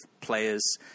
players